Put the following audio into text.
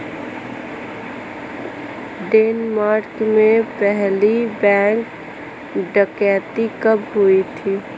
Denmark में पहली bank डकैती कब हुई थी?